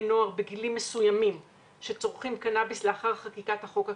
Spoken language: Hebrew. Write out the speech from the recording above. נוער בגילאים מסוימים שצורכים קנאביס לאחר חקיקת החוק הקנדי.